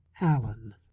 Allen